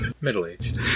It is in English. Middle-aged